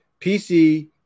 PC